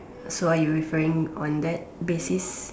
so are you referring on that basis